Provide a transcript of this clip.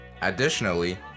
Additionally